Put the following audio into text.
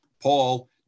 Paul